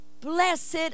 Blessed